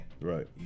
Right